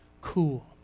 cool